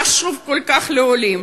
חשוב כל כך לעולים.